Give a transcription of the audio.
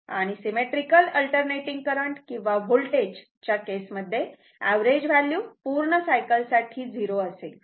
आणि symmetrical alternating current किंवा voltage symmetrical alternating current or voltage च्या केस मध्ये ऍव्हरेज व्हॅल्यू पूर्ण सायकल साठी 0 असेल